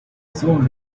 sold